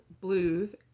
blues